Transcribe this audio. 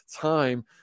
time